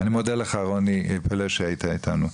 אני מודה לך רוני, תודה שהיית איתנו.